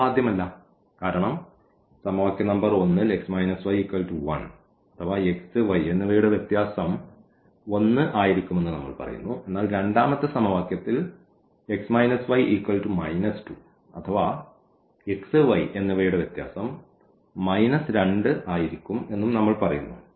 ഇവ സാധ്യമല്ല കാരണം സമവാക്യം നമ്പർ 1 ൽ x y1 അഥവാ x y എന്നിവയുടെ വ്യത്യാസം 1 ആയിരിക്കുമെന്ന് നമ്മൾ പറയുന്നു രണ്ടാമത്തെ സമവാക്യത്തിൽ x y 2 അഥവാ x y എന്നിവയുടെ വ്യത്യാസം 2 ആയിരിക്കും എന്ന് നമ്മൾ പറയുന്നു